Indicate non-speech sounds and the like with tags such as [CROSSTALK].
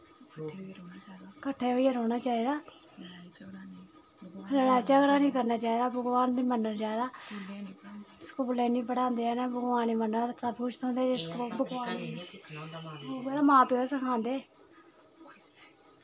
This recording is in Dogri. कट्ठे होइयै रौह्ना चाहिदा लड़ाई झगड़ा निं करना चाहिदा भगवान गी मन्नना चाहिदा स्कूलै एह् निं पढ़ांदे हैन भगवान ही मन्नना ते सब कुछ थ्होंदा जेगर स्कूल एह् भगवान गी [UNINTELLIGIBLE] उ'ऐ ना मां प्यो गै सखांदे